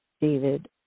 David